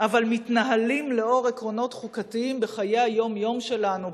אבל מתנהלים לאור עקרונות חוקתיים בחיי היום-יום שלנו,